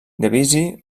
debussy